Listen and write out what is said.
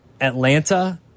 Atlanta